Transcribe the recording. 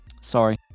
Sorry